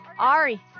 Ari